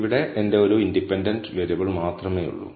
ഇവിടെ എന്റെ ഒരു ഇൻഡിപെൻഡന്റ് വേരിയബിൾ മാത്രമേയുള്ളൂ